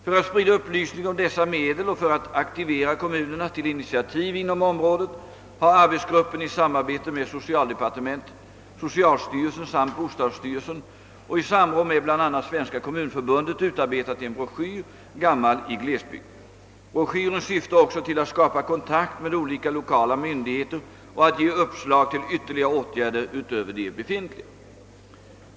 För att sprida upplysning om dessa medel och för att aktivera kommunerna till initiativ inom området har arbetsgruppen i samarbete med socialdepartementet, socialstyrelsen samt bostadsstyrelsen och i samråd med bl.a. Svenska kommunförbundet utarbetat en broschyr »Gammal i glesbygd». Broschyren syftar också till att skapa kontakt med olika lokala myndigheter och att ge uppslag till ytterligare åtgärder utöver de befintliga.